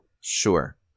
sure